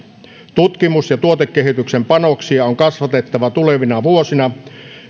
tutkimuksen ja tuotekehityksen panoksia on kasvatettava tulevina vuosina